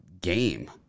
game